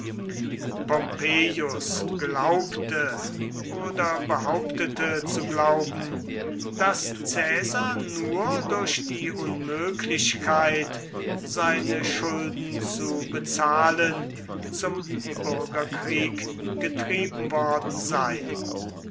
pompeius glaubte oder behauptete zu glauben daß caesar nur durch die unmöglichkeit seine schulden zu bezahlen zum bürgerkrieg getrieben worden sei